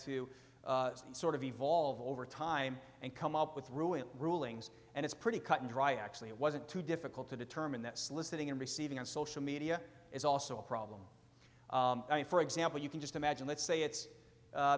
to sort of evolve over time and come up with ruined rulings and it's pretty cut and dry actually it wasn't too difficult to determine that soliciting and receiving on social media is also a problem i mean for example you can just imagine let's say it's